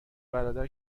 برادر